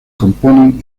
componen